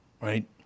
Right